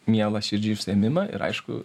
mielą širdžiai užsiėmimą ir aišku